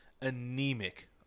anemic